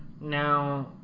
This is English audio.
Now